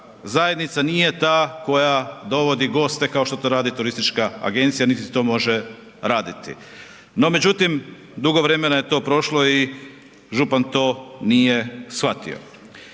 zajednica nije ta koja dovodi goste kao što to radi turistička agencija niti to može raditi. No međutim, dugo vremena je to prošlo i župan to nije shvatio.